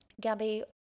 Gabby